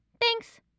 Thanks